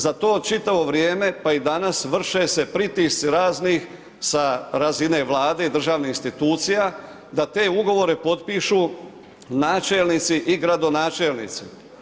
Za to čitavo vrijeme, pa i danas, više se pritisci, raznih sa razine vlade i državnih institucija, da te ugovore potpišu načelnici i gradonačelnici.